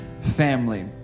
family